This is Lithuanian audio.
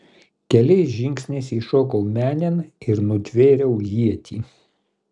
keliais žingsniais įšokau menėn ir nutvėriau ietį